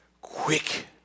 quick